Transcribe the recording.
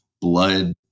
blood